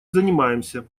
занимаемся